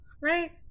right